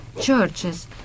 churches